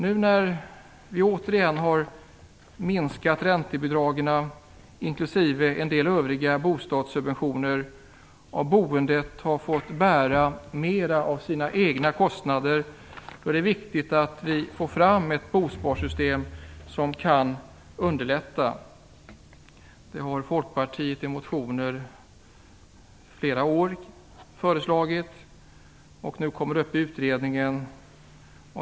Nu när vi återigen har minskat räntebidragen och en del övriga bostadssubventioner och boendet fått bära mera av sina egna kostnader, är det viktigt att vi får fram ett bosparsystem. Det har Folkpartiet föreslagit i olika motioner under flera år. Nu kommer frågan upp i utredningen.